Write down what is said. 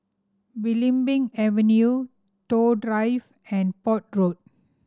Belimbing Avenue Toh Drive and Port Road